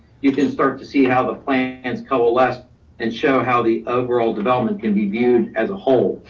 you can start to see how the plans and coalesced and show how the overall development can be viewed as a whole.